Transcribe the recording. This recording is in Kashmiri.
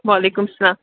وعلیکُم سلام